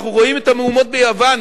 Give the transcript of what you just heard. אנחנו רואים את המהומות ביוון,